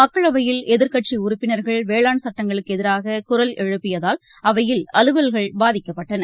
மக்களவையில் எதிர்கட்சிஉறப்பினர்கள் வேளாண் சட்டங்களுக்குஎதிராககுரல் எழுப்பியதால் அவையில் அலுவல்கள் பாதிக்கப்பட்டன